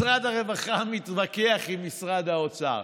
משרד הרווחה מתווכח עם משרד האוצר.